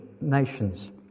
nations